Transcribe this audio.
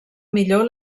millor